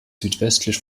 südwestlich